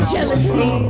Jealousy